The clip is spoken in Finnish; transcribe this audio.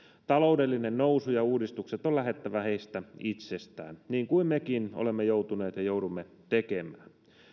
taloudellisen nousun ja uudistusten on lähdettävä heistä itsestään niin kuin mekin olemme joutuneet ja joudumme tekemään